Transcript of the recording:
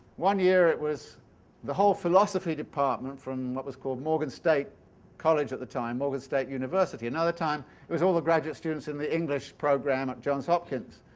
one year it was the whole philosophy department from what was called morgan state college at the time, morgan state university. another time it was all of the graduate students in the english program at johns hopkins.